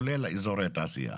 כולל אזורי תעשייה?